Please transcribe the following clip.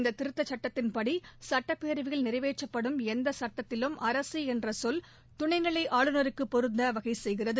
இந்த திருத்தச்சட்டத்தின்படி சட்டப்பேரவையில் நிறைவேற்றப்படும் எந்த சட்டத்திலும் அரசு என்ற சொல் துணைநிலை ஆளுநருக்கு பொருந்த வகை செய்கிறது